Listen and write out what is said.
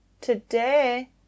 Today